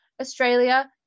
Australia